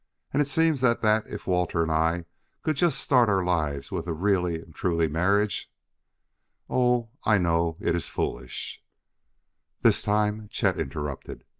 and it seems that that if walter and i could just start our lives with a really and truly marriage oh, i know it is foolish this time chet interrupted.